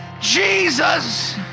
jesus